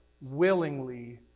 willingly